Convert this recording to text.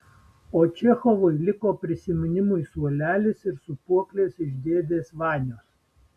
o čechovui liko prisiminimui suolelis ir sūpuoklės iš dėdės vanios